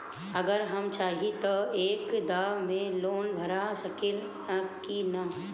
अगर हम चाहि त एक दा मे लोन भरा सकले की ना?